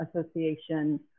Association